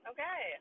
Okay